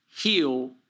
heal